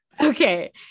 Okay